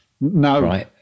No